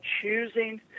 choosing